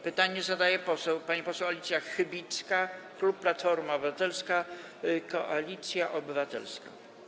Pytanie zadaje pani poseł Alicja Chybicka, klub Platforma Obywatelska - Koalicja Obywatelska.